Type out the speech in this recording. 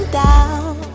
down